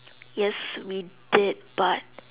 yes we did but